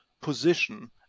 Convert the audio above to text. position